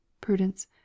Prudence